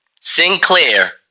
Sinclair